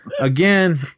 again